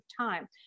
time